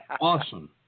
awesome